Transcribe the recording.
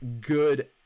good